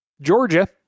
Georgia